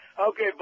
Okay